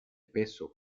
peso